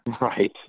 Right